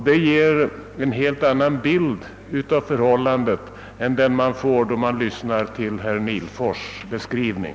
Detta ger en helt annan bild av förhållandet än den som man fick då man lyssnade till herr Nihlfors” beskrivning.